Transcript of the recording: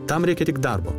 tam reikia tik darbo